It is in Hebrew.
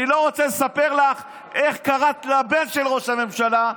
אני לא רוצה לספר לך איך קראת לבן של ראש הממשלה,